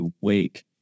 wake